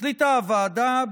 החליטה הוועדה,